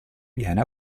viene